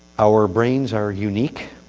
our brains are unique.